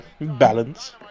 balance